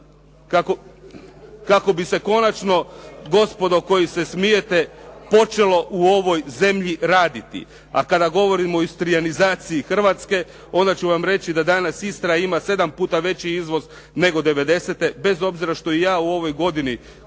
kako bi se konačno gospodo koji se smijete počelo u ovoj zemlji raditi. A kada govorimo o istrijanizaciji Hrvatske, onda ću vam reći da danas Istra ima 7 puta veći izvoz nego '90.-te bez obzira što i ja u ovoj godini